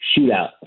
shootout